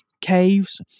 caves